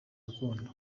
urukundo